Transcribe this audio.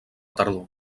tardor